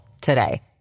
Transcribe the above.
today